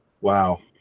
wow